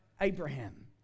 Abraham